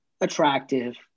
attractive